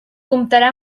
comptarà